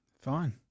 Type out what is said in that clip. Fine